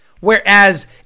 Whereas